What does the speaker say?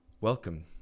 welcome